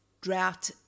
drought